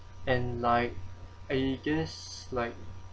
and like I guess like